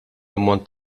ammont